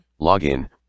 Login